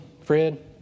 Fred